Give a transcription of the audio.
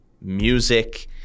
music